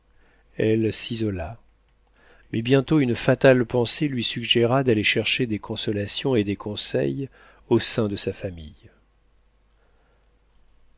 elle s'isola mais bientôt une fatale pensée lui suggéra d'aller chercher des consolations et des conseils au sein de sa famille